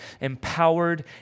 empowered